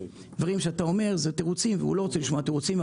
שהדברים שאתה אומר הם תירוצים והוא לא רוצה לשמוע תירוצים,